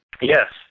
Yes